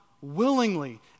willingly